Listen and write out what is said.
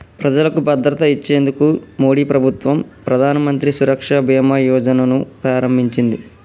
ప్రజలకు భద్రత ఇచ్చేందుకు మోడీ ప్రభుత్వం ప్రధానమంత్రి సురక్ష బీమా యోజన ను ప్రారంభించింది